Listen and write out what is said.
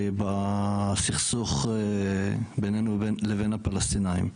בסכסוך בינינו ובינו לבין הפלשתינאים.